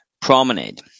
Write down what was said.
promenade